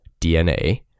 DNA